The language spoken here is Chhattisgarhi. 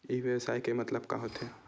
ई व्यवसाय के मतलब का होथे?